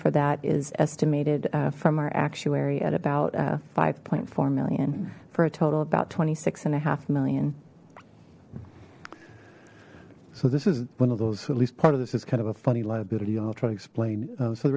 for that is estimated from our actuary at about five four million for a total about twenty six and a half million so this is one of those at least part of this is kind of a funny liability i'll try to explain so